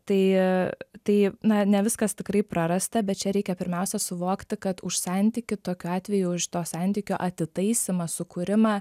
tai tai na ne viskas tikrai prarasta bet čia reikia pirmiausia suvokti kad už santykio tokiu atveju už to santykio atitaisymą sukūrimą